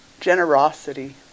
generosity